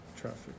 traffic